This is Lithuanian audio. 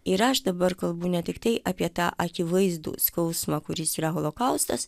ir aš dabar kalbu ne tiktai apie tą akivaizdų skausmą kuris yra holokaustas